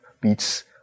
beats